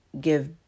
give